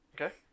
Okay